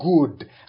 good